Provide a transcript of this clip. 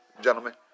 gentlemen